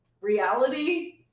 reality